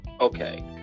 okay